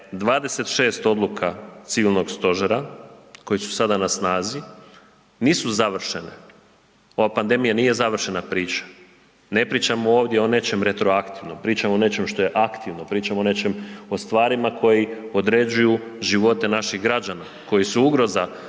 26 odluka civilnog stožera koje su sada na snazi nisu završene, ova pandemija nije završena priča, ne pričamo ovdje o nečem retroaktivnom, pričamo o nečem što je aktivno, pričamo o stvarima koje određuju živote naših građana koji su ugroza